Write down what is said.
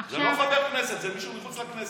עכשיו, זה לא חבר כנסת, זה מישהו מחוץ לכנסת.